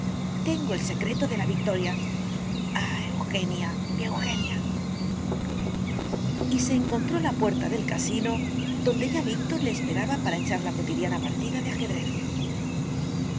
tengo el secreto de la victoria ah eugenia mi eugenia y se encontró a la puerta del casino donde ya víctor le esperaba para echar la cotidiana partida de ajedrez